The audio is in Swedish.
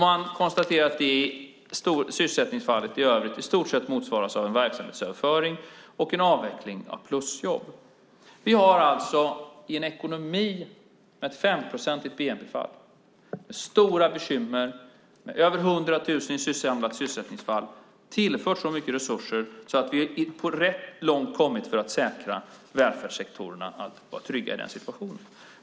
Man konstaterar att det sysselsättningsfallet i övrigt i stort sett motsvaras av en verksamhetsöverföring och en avveckling av plusjobb. Vi har i en ekonomi med ett 5-procentigt bnp-fall, stora bekymmer och över 100 000 i sysselsättningsfall tillfört så mycket resurser att vi har kommit rätt långt när det gäller att säkra att välfärdssektorerna är trygga i den situationen.